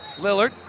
Lillard